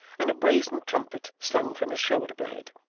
and a brazen trumpet slung from his shoulder-blade.